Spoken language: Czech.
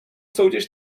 soutěž